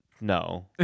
No